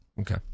Okay